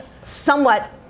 somewhat